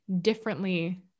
differently